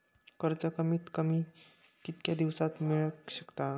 कर्ज कमीत कमी कितक्या दिवसात मेलक शकता?